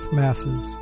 masses